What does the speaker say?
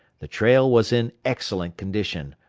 the trail was in excellent condition,